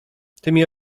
tymi